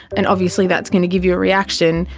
and obviously that's going to give you a reaction,